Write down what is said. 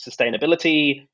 sustainability